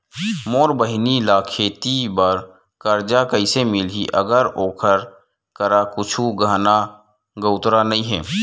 मोर बहिनी ला खेती बार कर्जा कइसे मिलहि, अगर ओकर करा कुछु गहना गउतरा नइ हे?